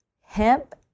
hemp